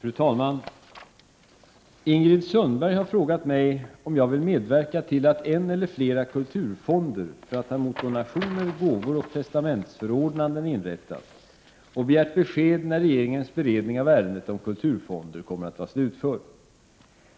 Fru talman! Ingrid Sundberg har frågat mig om jag vill medverka till att en eller flera kulturfonder för att ta emot donationer, gåvor och testamentsförordnanden inrättas och begärt besked när regeringens beredning av ärendet om kulturfonder kommer att vara slutförd.